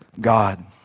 God